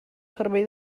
servei